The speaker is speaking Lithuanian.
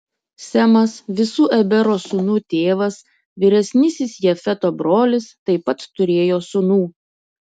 semas visų ebero sūnų tėvas vyresnysis jafeto brolis taip pat turėjo sūnų